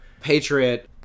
patriot